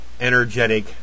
energetic